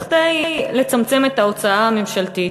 כדי לצמצם את ההוצאה הממשלתית.